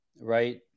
right